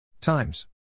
times